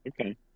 Okay